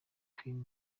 queens